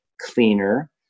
cleaner